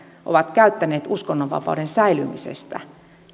ovat käyttäneet näitä argumentteja uskonnonvapauden säilymisestä